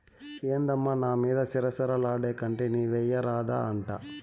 ఏందమ్మా నా మీద సిర సిర లాడేకంటే నీవెయ్యరాదా అంట